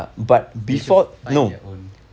they should find their own